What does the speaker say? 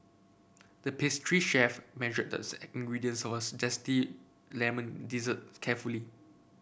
the pastry chef measured the ingredients of a zesty lemon dessert carefully